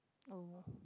oh